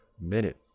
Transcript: minute